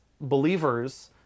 believers